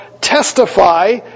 testify